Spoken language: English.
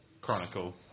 Chronicle